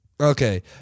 Okay